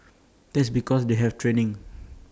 that's because they have training